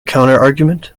counterargument